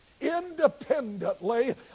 independently